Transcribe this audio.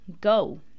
go